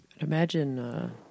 Imagine